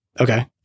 Okay